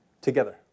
Together